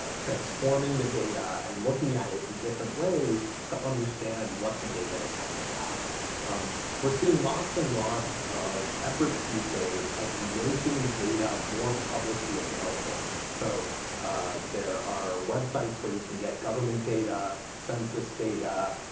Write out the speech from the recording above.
ah transforming the data, and looking at it in different ways to understand what the data is all about. we're seeing lots and lots of efforts these days at making data more publicly available. so there are websites where you can get government data, census data,